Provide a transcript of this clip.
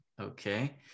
Okay